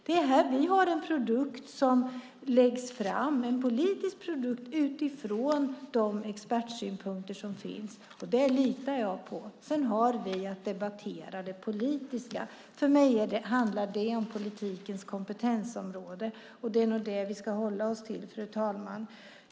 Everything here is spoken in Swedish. Vi har en politisk produkt som läggs fram utifrån de expertsynpunkter som finns. Det litar jag på. Sedan har vi att debattera det politiska. För mig handlar det om politikens kompetensområde. Det är nog det vi ska hålla oss till, fru talman.